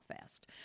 fast